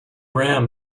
ram